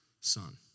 son